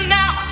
now